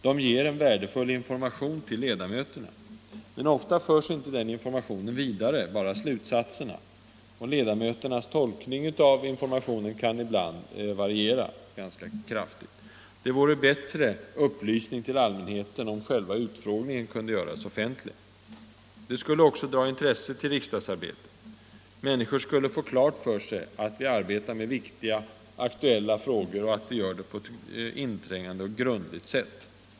De ger värdefull information till ledamöterna, men ofta förs 43 inte den informationen vidare — bara slutsatserna. Och ledamöternas tolkning av informationen kan ibland variera ganska kraftigt. Det skulle bli bättre upplysning till allmänheten om själva utfrågningen kunde göras offentlig. Det skulle också dra intresse till riksdagsarbetet. Människor skulle få klart för sig att vi arbetar med viktiga aktuella frågor och att vi gör det på ett inträngande och grundligt sätt.